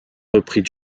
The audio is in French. reprit